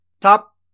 top